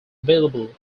available